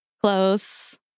Close